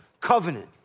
covenant